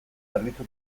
zerbitzu